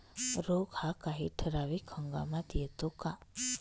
रोग हा काही ठराविक हंगामात येतो का?